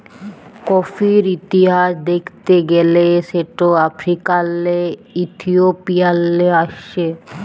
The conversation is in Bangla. কফির ইতিহাস দ্যাখতে গ্যালে সেট আফ্রিকাল্লে ইথিওপিয়াল্লে আস্যে